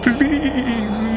Please